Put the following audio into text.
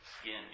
skin